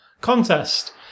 contest